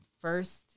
first